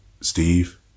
Steve